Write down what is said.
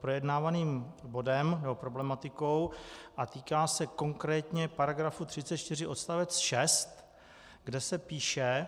projednávaným bodem nebo problematikou a týká se konkrétně § 34 odst. 6, kde se píše,